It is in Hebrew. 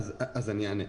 אענה.